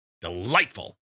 delightful